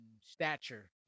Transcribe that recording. stature